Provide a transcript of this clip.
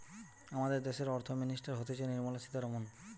আমাদের দ্যাশের অর্থ মিনিস্টার হতিছে নির্মলা সীতারামন